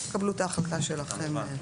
תקבלו את ההחלטה שלכם.